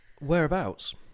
Whereabouts